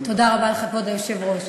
תודה רבה לך, כבוד היושב-ראש.